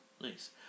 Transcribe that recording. Nice